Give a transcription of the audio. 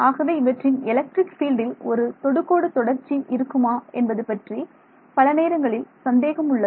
ஆகவே இவற்றின் எலக்ட்ரிக் ஃபீல்டில் ஒரு தொடுகோடு தொடர்ச்சி இருக்குமா என்பது பற்றி பல நேரங்களில் சந்தேகம் உள்ளது